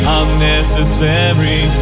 unnecessary